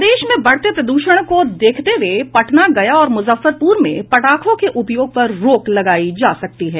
प्रदेश में बढ़ते प्रदूषण को देखते हए पटना गया और मूजफ्फरपूर में पटाखों के उपयोग पर रोक लागयी जा सकती है